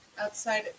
outside